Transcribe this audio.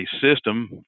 system